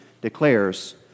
declares